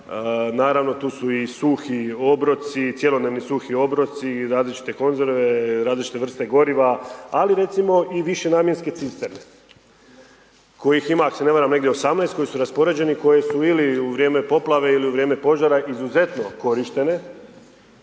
Naravno tu su i suhi obroci, cjelodnevni suhi obroci, različite konzerve, različite vrste goriva ali recimo i višenamjenske cisterne kojih ima ako se ne varam negdje 18 koji su raspoređeni, koji su ili u vrijeme poplave ili u vrijeme požara izuzetno korištene